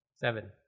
Seven